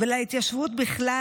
ולהתיישבות בכלל,